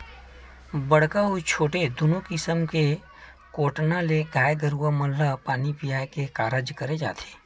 बड़का अउ छोटे दूनो किसम के कोटना ले गाय गरुवा मन ल पानी पीया के कारज करे जाथे